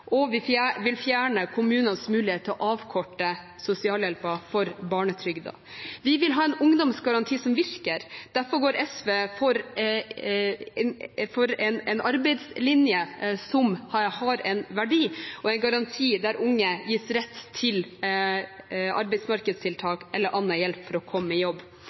– og vi vil fjerne kommunenes muligheter til å avkorte sosialhjelpen mot barnetrygden. Vi vil ha en ungdomsgaranti som virker. Derfor går SV inn for en arbeidslinje som har en verdi, og er en garanti for at unge gis rett til arbeidsmarkedstiltak eller annen hjelp for å komme i jobb.